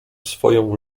swoją